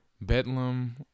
Bedlam